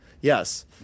Yes